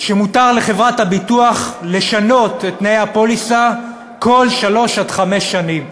שמותר לחברת הביטוח לשנות את תנאי הפוליסה כל שלוש עד חמש שנים,